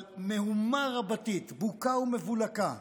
אבל מהומה רבתי, בוקה ומבולקה,